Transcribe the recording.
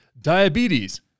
Diabetes